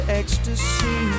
ecstasy